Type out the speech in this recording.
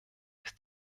ist